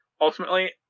ultimately